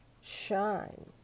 shine